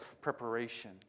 preparation